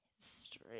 history